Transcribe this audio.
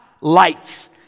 Lights